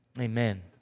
amen